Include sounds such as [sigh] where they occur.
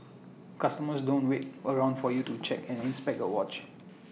customers don't wait around [noise] for you to check and inspect A watch